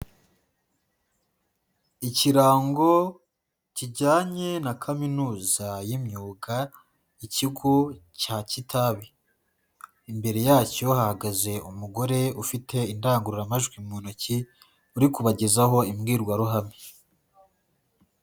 Ikirango kijyanye na Kaminuza y'imyuga ikigo cya Kitabi. Imbere yacyo hahagaze umugore ufite indangururamajwi mu ntoki uri kubagezaho imbwirwaruhame.